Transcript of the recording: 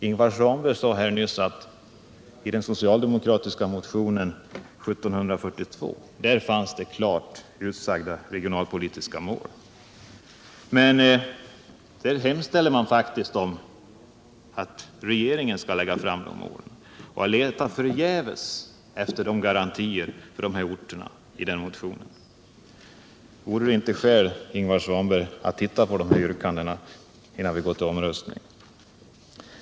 Ingvar Svanberg sade nyss att i den socialdemokratiska motionen 1742 fanns klart utsagda regionalpolitiska mål, men där hemställer man faktiskt om att regeringen skall föreslå målen. Jag letar förgäves efter garantier för de här orterna i motionen. Vore det inte skäl, Ingvar Svanberg, att titta på yrkandena innan vi går till omröstning?